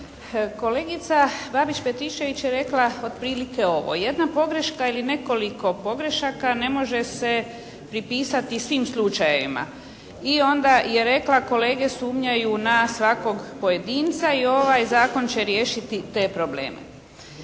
Kolegica Babić-Petričević je rekla otprilike ovo. Jedna pogreška ili nekoliko pogrešaka ne može se pripisati svim slučajevima i onda je rekla kolege sumnjaju na svakog pojedinca i ovaj zakon će riješiti te probleme.